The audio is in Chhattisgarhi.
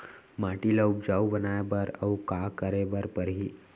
माटी ल उपजाऊ बनाए बर अऊ का करे बर परही?